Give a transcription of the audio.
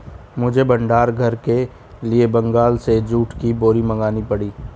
मुझे भंडार घर के लिए बंगाल से जूट की बोरी मंगानी पड़ी